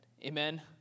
Amen